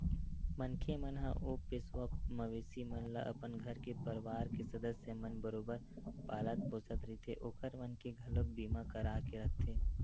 मनखे मन ह ओ पोसवा मवेशी मन ल अपन घर के परवार के सदस्य मन बरोबर पालत पोसत रहिथे ओखर मन के घलोक बीमा करा के रखथे